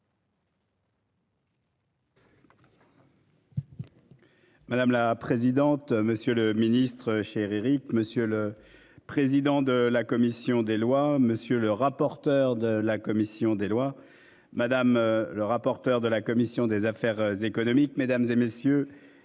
Madame la présidente. Monsieur le Ministre, chez Éric. Monsieur le président de la commission des lois. Monsieur le rapporteur de la commission des lois. Madame le rapporteur de la commission des affaires. Faire économique mesdames et messieurs